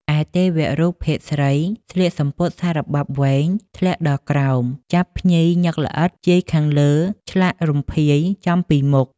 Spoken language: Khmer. ឯទេវរូបភេទស្រីស្លៀកសំពត់សារបាប់វែង ធ្លាក់ដល់ក្រោម ចាប់ភ្លីញឹកល្អិត ជាយខាងលើឆ្លាក់រំភាយចំពីមុខ។